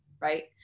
Right